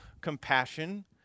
compassion